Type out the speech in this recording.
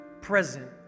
present